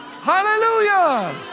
Hallelujah